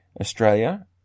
Australia